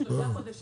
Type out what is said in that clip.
עד שלושה חודשים,